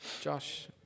Josh